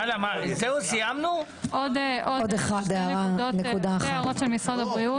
עוד שתי הערות של משרד הבריאות.